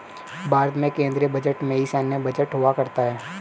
भारत के केन्द्रीय बजट में ही सैन्य बजट हुआ करता है